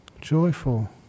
joyful